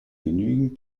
genügend